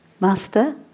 Master